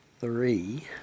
Three